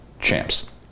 champs